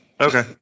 Okay